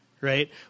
right